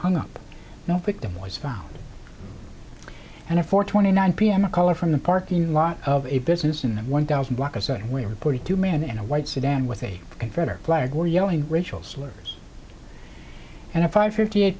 hung up no victim was found and a four twenty nine pm a caller from the parking lot of a business in one thousand block a certain way reported to man and a white sedan with a confederate flag or yelling racial slurs and a five fifty eight